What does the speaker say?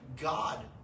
God